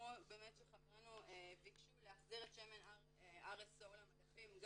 כמו שבאמת חברינו ביקשו להחזיר את שם RSO למדפים.